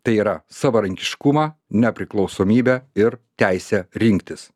tai yra savarankiškumą nepriklausomybę ir teisę rinktis